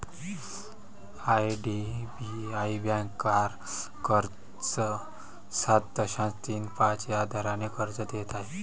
IDBI bank car कर्ज सात दशांश तीन पाच या दराने कर्ज देत आहे